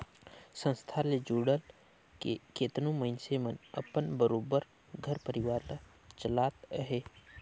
संस्था ले जुइड़ के केतनो मइनसे मन अपन बरोबेर घर परिवार ल चलात अहें